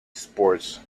sports